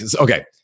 okay